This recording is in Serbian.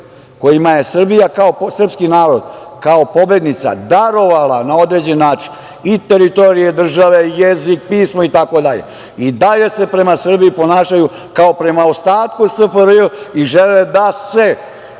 kojima je Srbija, srpski narod, kao pobednica darovala, na određen način, i teritorije države, jezik, pismo itd, i dalje se prema Srbiji ponašaju kao prema ostatku SRFJ i žele da se